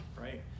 right